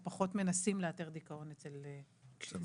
או פחות מנסים לאתר דיכאון אצל זקנים.